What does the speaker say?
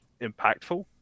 impactful